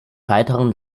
weiteren